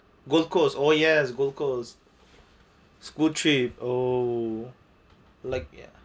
gold coast oh yes gold coast school trip is oh like ya